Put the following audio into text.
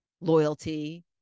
loyalty